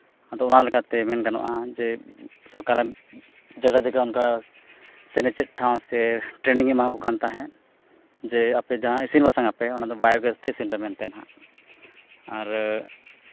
ᱟᱫᱚ ᱚᱱᱟ ᱞᱮᱠᱟᱛᱮ ᱢᱮᱱ ᱜᱟᱱᱚᱜᱼᱟ ᱡᱮ ᱥᱚᱨᱠᱟᱨᱟᱜ ᱡᱟᱭᱜᱟ ᱡᱟᱭᱜᱟ ᱚᱱᱠᱟ ᱥᱮᱱᱮᱪᱮᱫ ᱴᱷᱟᱶ ᱥᱮ ᱴᱨᱮᱱᱤᱝᱼᱮ ᱮᱢᱟᱣᱟᱠᱚ ᱠᱟᱱ ᱛᱟᱦᱮᱸᱫ ᱡᱮ ᱟᱯᱮ ᱡᱟᱦᱟᱸᱭ ᱤᱥᱤᱱ ᱵᱟᱥᱟᱝᱼᱟᱯᱮ ᱚᱱᱟᱫᱚ ᱵᱟᱭᱳᱜᱮᱥ ᱛᱮ ᱤᱥᱤᱱ ᱯᱮ ᱱᱟᱜ ᱟᱨ